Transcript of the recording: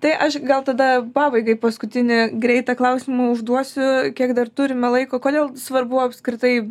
tai aš gal tada pabaigai paskutinį greitą klausimą užduosiu kiek dar turime laiko kodėl svarbu apskritai